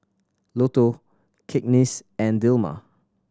Lotto Cakenis and Dilmah